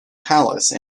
palace